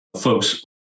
folks